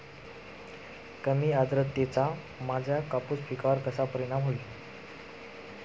कमी आर्द्रतेचा माझ्या कापूस पिकावर कसा परिणाम होईल?